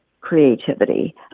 creativity